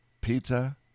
pizza